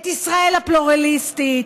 את ישראל הפלורליסטית,